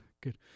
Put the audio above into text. Good